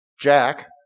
Jack